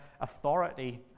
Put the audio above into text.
authority